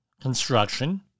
construction